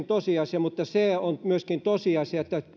tosiasia mutta se on myöskin tosiasia että